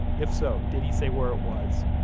if so, did he say where it was?